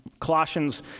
Colossians